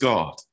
God